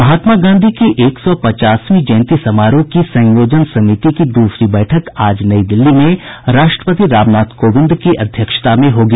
महात्मा गांधी की एक सौ पचासवीं जयंती समारोह की संयोजन समिति की द्रसरी बैठक आज नई दिल्ली में राष्ट्रपति रामनाथ कोविंद की अध्यक्षता में होगी